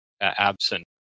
absent